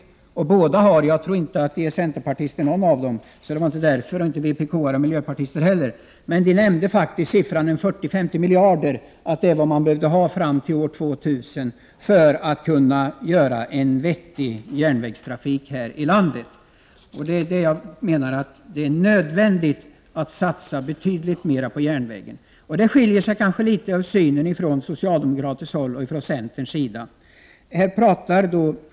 Bådas representanter — och jag tror inte de är centerpartister, inte heller vpk-are eller miljöpartister — nämnde faktiskt siffran 40-50 miljarder. Det är vad man behöver fram till år 2000 för att vi skall kunna få en vettig järnvägstrafik. Det är nödvändigt att satsa betydligt mera på järnvägar. Där skiljer det sig litet i synen mellan socialdemokraterna och centern.